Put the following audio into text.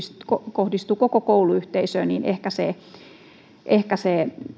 kohdistuu koko kouluyhteisöön ehkäisee